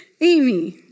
Amy